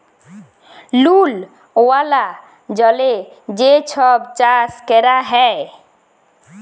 লুল ওয়ালা জলে যে ছব চাষ ক্যরা হ্যয়